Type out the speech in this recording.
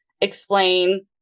explain